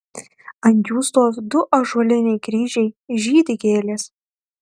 ant jų stovi du ąžuoliniai kryžiai žydi gėlės